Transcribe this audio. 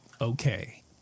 okay